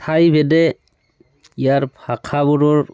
ঠাই ভেদে ইয়াৰ ভাষাবোৰৰ